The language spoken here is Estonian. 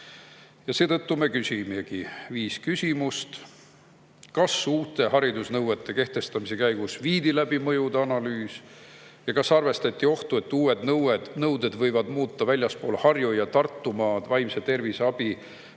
sõlmita. Seetõttu me küsimegi viis küsimust. Kas uute haridusnõuete kehtestamise käigus viidi läbi mõjuanalüüs ja kas arvestati ohtu, et uued nõuded võivad muuta väljaspool Harju‑ ja Tartumaad vaimse tervise abi